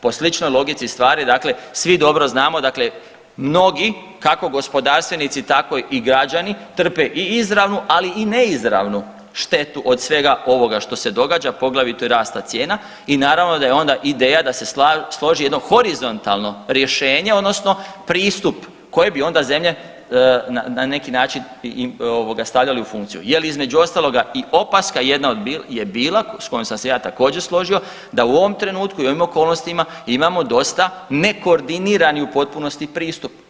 Po sličnoj logici stvari dakle, svi dobro znamo dakle, mnogi kako gospodarstvenici tako i građani trpe i izravnu, ali i neizravnu štetu od svega ovoga što se događa, poglavito i rasta cijena i naravno da je onda ideja da se složi jedno horizontalno rješenje odnosno pristup koji bi onda zemlje na neki način ovoga stavljali u funkciju je li između ostaloga i opaska jedna je bila s kojom se ja također složio da u ovom trenutku i ovim okolnostima imamo dosta nekoordinirani u potpunosti pristup.